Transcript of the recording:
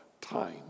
time